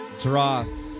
Dross